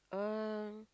um